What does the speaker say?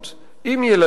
שבע משפחות, עם ילדים,